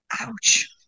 ouch